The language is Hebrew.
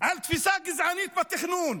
לתפיסה הגזענית בתכנון.